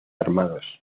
armados